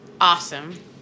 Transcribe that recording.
Awesome